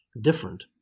different